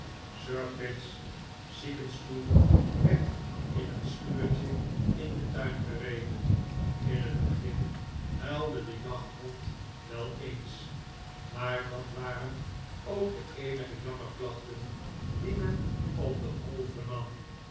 sir pitt's ziekenstoel werd in een schuurtje in den tuin gereden in het begin huilde de jachthond wel eens maar dat waren ook de eenige jammerklachten die men op de